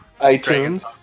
iTunes